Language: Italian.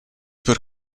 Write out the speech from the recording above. per